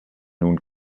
nun